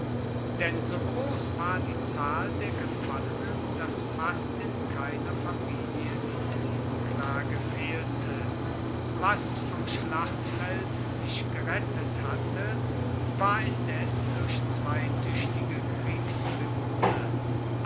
denn so gross war die zahl der gefallenen dass fast in keiner familie die totenklage fehlte was vom schlachtfeld sich gerettet hatte war indes durch zwei tuechtige kriegstribune